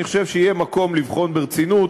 אני חושב שיהיה מקום לבחון ברצינות